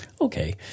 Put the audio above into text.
Okay